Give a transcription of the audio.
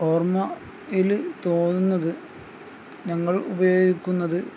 ഓർമ്മയിൽ തോന്നുന്നത് ഞങ്ങൾ ഉപയോഗിക്കുന്നത്